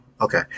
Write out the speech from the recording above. okay